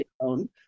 own